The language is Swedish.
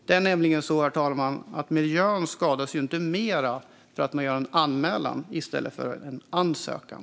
Det är nämligen så, herr talman, att miljön inte skadas mer för att man gör en anmälan i stället för en ansökan.